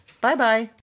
Bye-bye